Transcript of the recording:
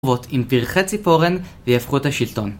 עם פרחי ציפורן ויהפכו את השלטון